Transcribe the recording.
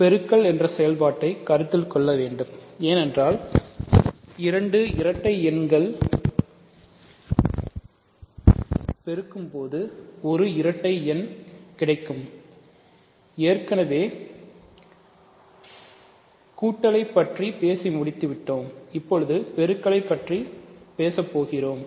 பெருக்கல் என்ற செயல்பாட்டை கருத்தில் கொள்ள வேண்டும் ஏனென்றால் இரண்டு இரட்டை எண்களை பெருக்கும்போது ஒரு இரட்டை எண் கிடைக்கும் ஏற்கனவே கூட்டலை பற்றி பேசி முடித்துவிட்டோம் இப்பொழுது பெருக்களை பற்றிப் பேசப்போகிறோம்